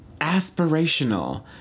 aspirational